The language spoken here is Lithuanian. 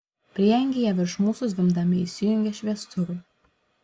prieangyje virš mūsų zvimbdami įsijungė šviestuvai